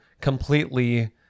completely